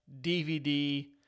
DVD